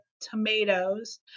tomatoes